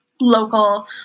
local